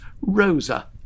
Rosa